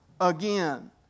again